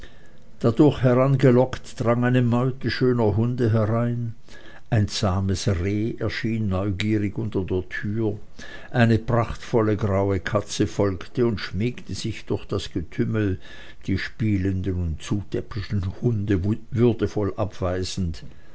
dadurch herangelockt drang eine meute schöner hunde her ein ein zahmes reh erschien neugierig unter der tür eine prachtvolle graue katze folgte und schmiegte sich durch das getümmel die spielenden und zutäppischen hunde würdevoll ab